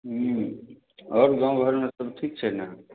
आओर गाँव घरमे सब ठीक छै ने